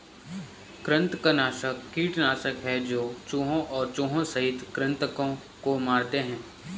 कृंतकनाशक कीटनाशक है जो चूहों और चूहों सहित कृन्तकों को मारते है